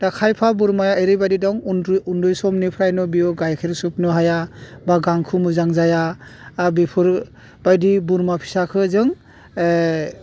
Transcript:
दा खायफा बोरमाया ओरैबायदि दं उन्दै उन्दै समनिफ्रायनो बियो गाइखेर सोबनो हाया बा गांसो मोजां जाया बेफोर बायदि बोरमा फिसाखौ जों